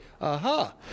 aha